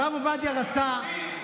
הרב עובדיה רצה,